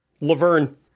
Laverne